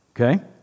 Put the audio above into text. Okay